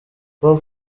paul